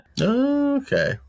Okay